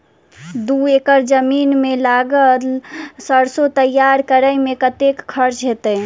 दू एकड़ जमीन मे लागल सैरसो तैयार करै मे कतेक खर्च हेतै?